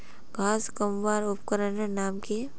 घांस कमवार उपकरनेर नाम की?